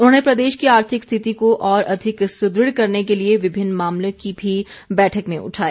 उन्होंने प्रदेश की आर्थिक स्थिति को और अधिक सुदृढ़ करने के लिए विभिन्न मामले भी बैठक में उठाए